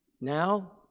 Now